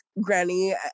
granny